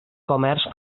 comerç